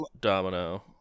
Domino